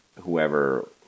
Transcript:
whoever